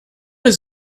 does